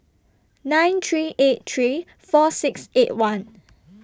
nine three eight three four six eight one